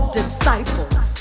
disciples